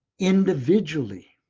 individually.